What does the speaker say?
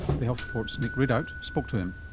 the health report's nick ridout spoke to him.